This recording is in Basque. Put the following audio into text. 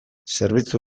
zerbitzu